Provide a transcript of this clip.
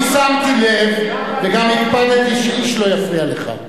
חבר הכנסת בר-און, אני שמתי לב שאיש לא יפריע לך.